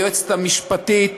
היועצת המשפטית